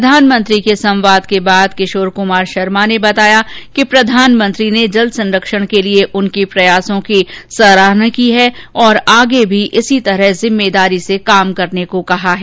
प्रधानमंत्री के संवाद के बाद किशोर कुमार शर्मा ने बताया कि प्रधानमंत्री ने जल संरक्षण के लिए उनके प्रयासों की सराहना की है और आगे भी इसी तरह जिम्मेदारी से काम करने को कहा है